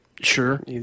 Sure